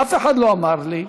אף אחד לא אמר לי.